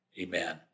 Amen